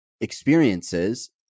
experiences